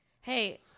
Hey